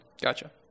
Gotcha